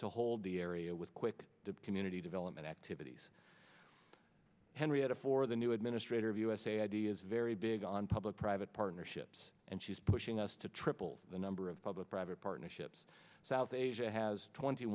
to hold the area with quick dip community development activities henrietta for the new administrator of usa ideas very big on public private partnerships and she's pushing us to triple the number of public private partnerships south asia has twenty